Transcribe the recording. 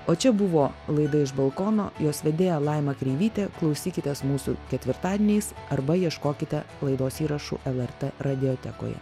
o čia buvo laida iš balkono jos vedėja laima kreivytė klausykitės mūsų ketvirtadieniais arba ieškokite laidos įrašų lrt radiotekoje